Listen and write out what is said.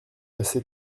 assez